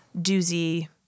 doozy